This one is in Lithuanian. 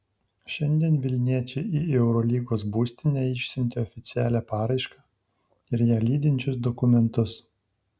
šiandien vilniečiai į eurolygos būstinę išsiuntė oficialią paraišką ir ją lydinčius dokumentus